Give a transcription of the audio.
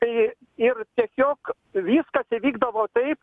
tai ir tiesiog viskas įvykdavo taip